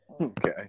okay